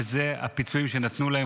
הפיצויים שנתנו להם.